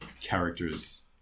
characters